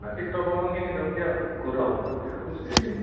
নাই তীৰ্থ ভ্ৰমণখিনি যেতিয়া ঘূৰা হ'ব তেতিয়া আৰু গুচি আহিম